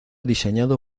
diseñado